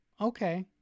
okay